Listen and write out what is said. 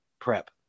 prep